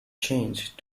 changed